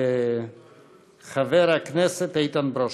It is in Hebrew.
חבר הכנסת איתן ברושי.